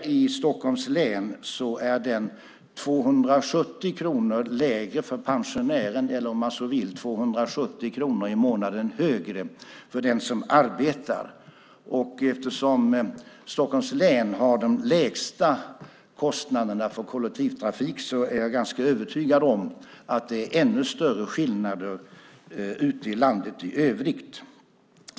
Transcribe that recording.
Här i Stockholms län är den 270 kronor lägre för pensionären, eller om man så vill 270 kronor högre i månaden för den som arbetar. Eftersom Stockholms län har de lägsta kostnaderna för kollektivtrafik är jag ganska övertygad om att det är ännu större skillnader ute i landet.